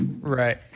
Right